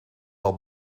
wel